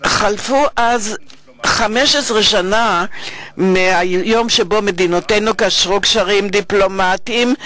חלפו 15 שנה מהיום שבו קשרו מדינותינו קשרים דיפלומטיים,